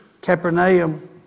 Capernaum